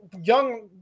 young